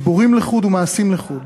דיבורים לחוד ומעשים לחוד.